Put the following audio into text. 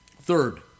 Third